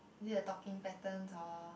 is it the talking patterns or